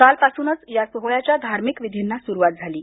कालपासूनच या सोहळ्याच्या धार्मिक विधींना सुरुवात झाली आहे